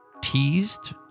teased